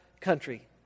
country